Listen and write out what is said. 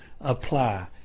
apply